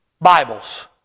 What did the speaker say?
Bibles